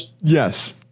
Yes